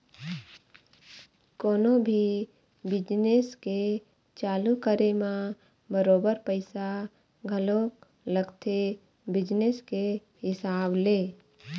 कोनो भी बिजनेस के चालू करे म बरोबर पइसा घलोक लगथे बिजनेस के हिसाब ले